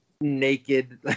naked